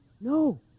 No